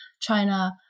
China